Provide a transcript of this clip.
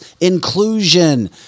inclusion